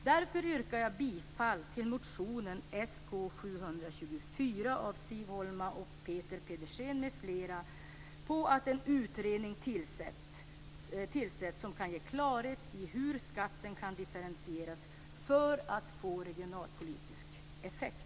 Därför yrkar jag bifall till motion Sk724 av Siv Holma, Peter Pedersen m.fl. om att det skall tillsättas en utredning som kan ge klarhet i hur skatten kan differentieras för att få regionalpolitisk effekt.